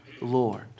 Lord